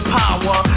power